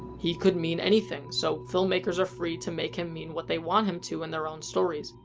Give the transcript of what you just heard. he could mean anything, so filmmakers are free to make him mean what they want him to in their own stories.